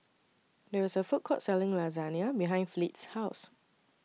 There IS A Food Court Selling Lasagna behind Fleet's House